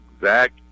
Zach